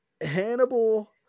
Hannibal